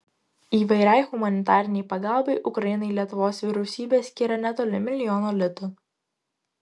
įvairiai humanitarinei pagalbai ukrainai lietuvos vyriausybė skyrė netoli milijono litų